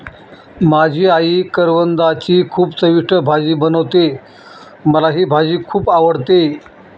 माझी आई करवंदाची खूप चविष्ट भाजी बनवते, मला ही भाजी खुप आवडते